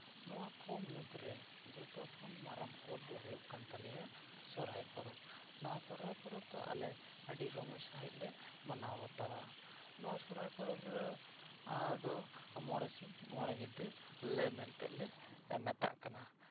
ᱱᱚᱣᱟ ᱠᱚ ᱢᱩᱫᱽᱨᱮ ᱡᱚᱛᱚ ᱠᱷᱚᱱ ᱢᱟᱨᱟᱝ ᱯᱚᱨᱚᱵᱽ ᱫᱚ ᱦᱩᱭᱩᱜ ᱠᱟᱱ ᱛᱟᱞᱮᱭᱟ ᱥᱚᱦᱨᱟᱭ ᱯᱚᱨᱚᱵᱽ ᱱᱚᱣᱟ ᱥᱚᱦᱨᱟᱭ ᱯᱚᱨᱚᱵᱽ ᱫᱚ ᱟᱞᱮ ᱟᱹᱰᱤ ᱨᱚᱢᱚᱡᱽ ᱥᱟᱺᱦᱤᱡ ᱞᱮ ᱢᱟᱱᱟᱣ ᱵᱟᱛᱟᱣᱟ ᱱᱚᱣᱟ ᱥᱚᱦᱨᱟᱭ ᱯᱚᱨᱚᱵᱽ ᱨᱮᱫᱚ ᱢᱚᱬᱮ ᱥᱤᱧ ᱢᱚᱬᱮ ᱧᱤᱫᱟᱹ ᱞᱮ ᱢᱮᱱᱛᱮ ᱞᱮ ᱢᱮᱛᱟᱜ ᱠᱟᱱᱟ